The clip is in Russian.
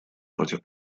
против